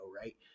right